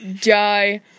Die